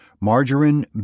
Margarine